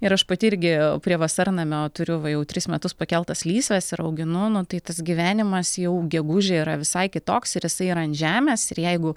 ir aš pati irgi prie vasarnamio turiu va jau tris metus pakeltas lysves ir auginu nu tai tas gyvenimas jau gegužę yra visai kitoks ir jisai yra ant žemės ir jeigu